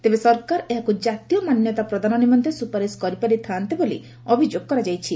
ତେବେ ସରକାର ଏହାକୁ କାତୀୟ ମାନ୍ୟତା ପ୍ରଦାନ ନିମନ୍ତେ ସୁପାରିଶ କରିପାରିଥାଆନ୍ତେ ବୋଲି ଅଭିଯୋଗ କରାଯାଇଛି